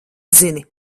zini